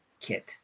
kit